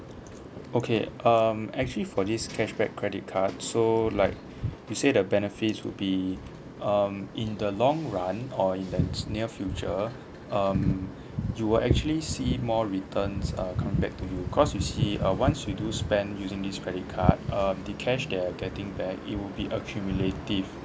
okay um actually for this cashback credit card so like you say the benefits would be um in the long run or in the near future um you will actually see more returns uh come back to you because you see uh once you do spend using this credit card um the cash they're getting back it will be accumulative